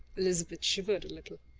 elizabeth shivered a little.